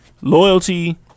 loyalty